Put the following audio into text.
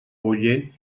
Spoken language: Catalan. bullent